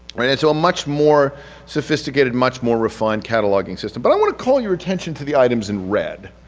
i mean and so a much more sophisticated much more refined cataloging system. but i want to call your attention to the items in red.